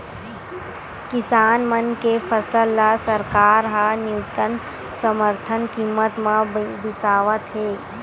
किसान मन के फसल ल सरकार ह न्यूनतम समरथन कीमत म बिसावत हे